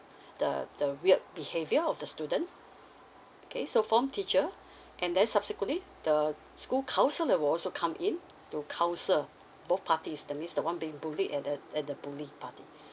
the the weird behaviour of the students okay so form teacher and then subsequently the school counsellor will also come in to counsel both parties that means the one being bullied and the and the bully party